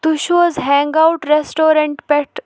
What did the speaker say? تُہۍ چھُو حظ ہینٛگ آوُٹ ریسٹورینٛٹ پٮ۪ٹھ